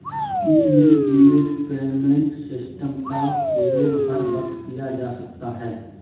immediate payment system का प्रयोग हर वक्त किया जा सकता है